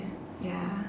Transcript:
ya